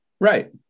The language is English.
Right